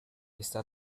está